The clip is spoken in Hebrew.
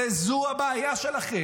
זו הבעיה שלכם.